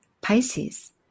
Pisces